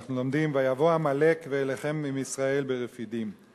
אנחנו לומדים: "ויבא עמלק וילחם עם ישראל ברפידם";